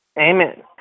Amen